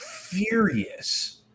furious